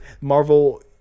Marvel